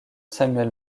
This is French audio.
samuel